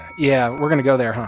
yeah. we're going to go there, huh?